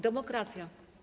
Demokracja.